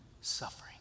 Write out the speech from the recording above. suffering